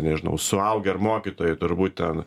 nežinau suaugę ar mokytojai turbūt ten